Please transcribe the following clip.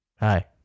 Hi